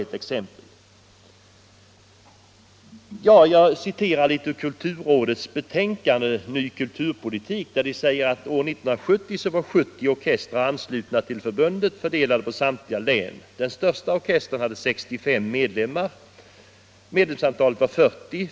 Jag anför några rader ur kulturrådets betänkande Ny kulturpolitik : År 1970 var 70 orkestrar anslutna till förbundet, fördelade på samtliga län. Den största orkestern hade 65 medlemmar, medianantalet var 40.